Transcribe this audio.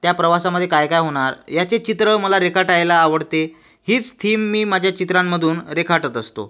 त्या प्रवासामध्ये काय काय होणार याचे चित्र मला रेखाटायला आवडते हीच थीम मी माझ्या चित्रांमधून रेखाटत असतो